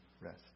rest